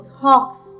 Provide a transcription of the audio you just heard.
hawks